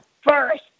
first